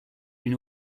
une